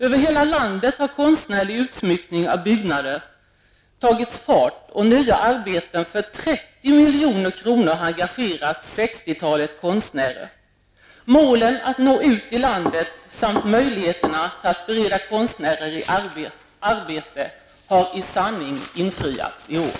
Över hela landet har konstnärlig utsmyckning av byggnader tagit fart, och nya arbeten för 30 miljoner har engagerat sextiotalet konstnärer. Målet att nå ut till hela landet och bereda konstnärer arbete har i sanning uppnåtts i år.